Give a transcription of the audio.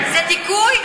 זה דיכוי?